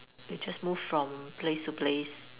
would just move from place to place